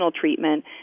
treatment